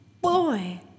boy